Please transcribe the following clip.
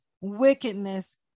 wickedness